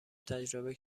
تجربه